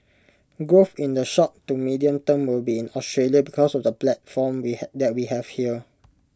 growth in the short to medium term will be in Australia because of the platform we have that we have here